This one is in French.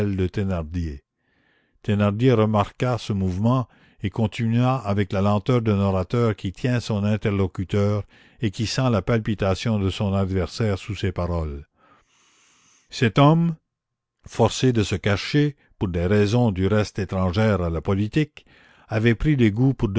remarqua ce mouvement et continua avec la lenteur d'un orateur qui tient son interlocuteur et qui sent la palpitation de son adversaire sous ses paroles cet homme forcé de se cacher pour des raisons du reste étrangères à la politique avait pris l'égout pour